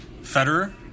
federer